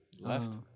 left